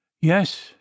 Yes